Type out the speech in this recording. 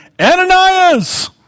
Ananias